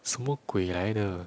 什么鬼来的